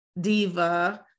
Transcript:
diva